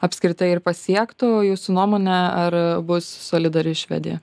apskritai ir pasiektų jūsų nuomone ar bus solidari švedija